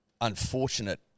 unfortunate